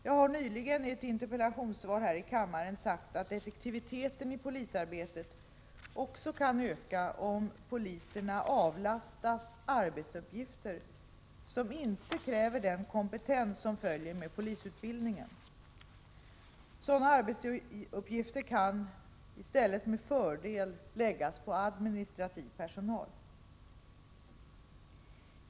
Jag har nyligen i ett interpellationssvar här i kammaren sagt att effektiviteten i polisarbetet också kan öka om poliserna avlastas arbetsuppgifter som inte kräver den kompetens som följer med polisutbildningen. Sådana arbetsuppgifter kan i stället med fördel läggas på administrativ personal.